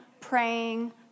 Praying